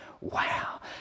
Wow